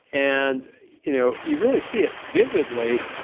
and you know you really see it vividly,